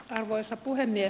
arvoisa puhemies